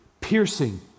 piercing